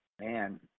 man